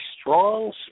strong